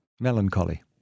Melancholy